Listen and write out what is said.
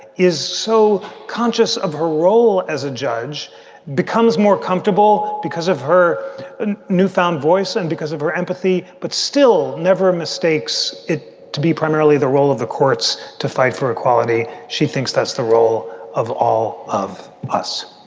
is so conscious of her role as a judge becomes more comfortable because of her and newfound voice and because of her empathy, but still never mistakes it to be primarily the role of the courts to fight for equality she thinks that's the role of all of us